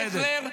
בסדר.